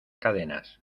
cadenas